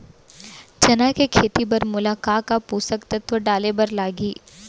चना के खेती बर मोला का का पोसक तत्व डाले बर लागही?